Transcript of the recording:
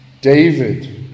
David